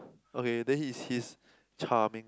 okay then he's he's charming